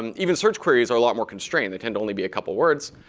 um even search queries are a lot more constrained. they tend to only be a couple of words.